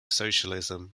socialism